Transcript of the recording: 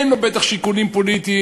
אין לו בטח שיקולים פוליטיים,